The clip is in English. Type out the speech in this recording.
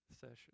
session